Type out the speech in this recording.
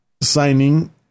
signing